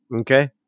Okay